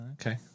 Okay